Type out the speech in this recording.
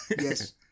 yes